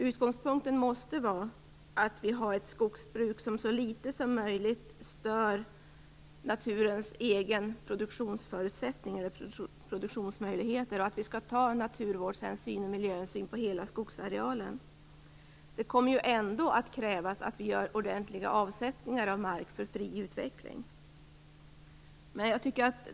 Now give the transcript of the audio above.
Utgångspunkten måste vara att vi har ett skogsbruk som så litet som möjligt stör naturens egna produktionsförutsättningar och produktionsmöjligheter och att vi skall ta naturvårdshänsyn och miljöhänsyn på hela skogsarealen. Det kommer ändå att krävas att vi gör ordentliga avsättningar av mark för fri utveckling.